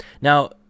Now